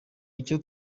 icyo